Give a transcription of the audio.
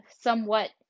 somewhat